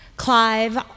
Clive